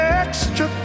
extra